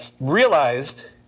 realized